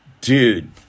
dude